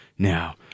Now